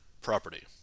property